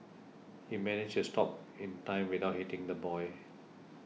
he managed to stop in time without hitting the boy